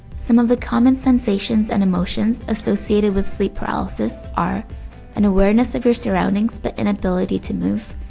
some of the common sensations and emotions associated with sleep paralysis are an awareness of your surroundings but inability to move,